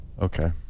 Okay